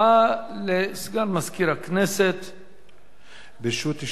התקציב) (תיקון,